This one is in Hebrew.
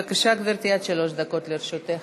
בבקשה, גברתי, עד שלוש דקות לרשותך.